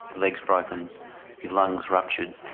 legs broken, your lungs ruptured.